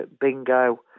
bingo